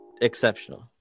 exceptional